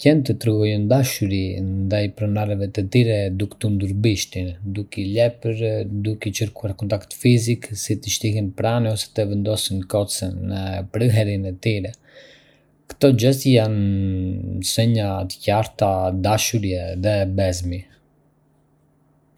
Qentë tregojnë dashuri ndaj pronarëve të tyre duke tundur bishtin, duke i lëpirë dhe duke kërkuar kontakt fizik, si të shtrihen pranë ose të vendosin kocën në prehërin e tyre. Këto gjeste janë shenja të qarta dashurie dhe besimi.